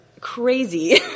crazy